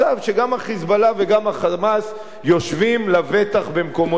ה"חיזבאללה" וגם ה"חמאס" יושבים לבטח במקומותיהם,